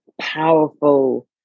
powerful